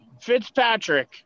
Fitzpatrick